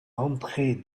entrer